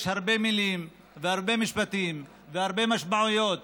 יש הרבה מילים והרבה משפטים והרבה משמעויות